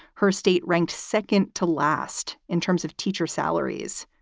her state ranked second to last in terms of teacher salaries.